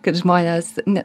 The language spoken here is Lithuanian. kad žmonės ne